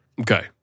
Okay